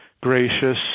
gracious